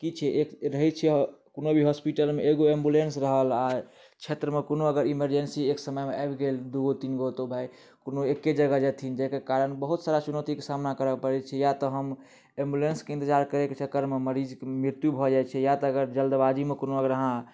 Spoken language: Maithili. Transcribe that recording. की छै रहै छै कोनो भी हॉस्पिटलमे एगो एम्बुलेंस रहल आ क्षेत्र मे कोनो अगर एमरजेंसी एक समय मे आबि गेल दू गो तीन गो तऽ भाइ कोनो एके जगह जेथिन जाहिके कारण बहुत सारा चुनौतीके सामना करऽ पड़ै छै या तऽ हम एम्बुलेंसके इन्तजार करै के चक्करमे मरीजके मृत्यु भऽ जाइ छै या तऽ अगर जल्दबाजी मे कोनो अगर अहाँ